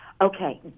Okay